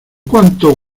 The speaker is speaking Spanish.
cuánto